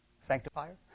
Sanctifier